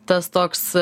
tas toks